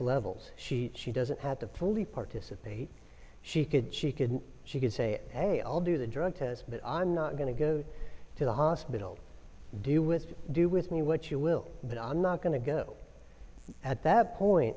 levels she she doesn't have to fully participate she could she could she could say hey i'll do the drug test but i'm not going to go to the hospital do with do with me what you will but i'm not going to go at